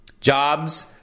Jobs